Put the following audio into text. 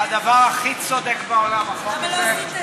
זה הדבר הכי צודק בעולם, וחבל, למה לא עשית את זה?